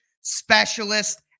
specialist